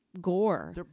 gore